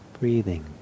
breathing